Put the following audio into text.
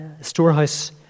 Storehouse